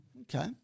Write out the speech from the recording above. okay